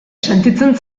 sentitzen